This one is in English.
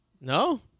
No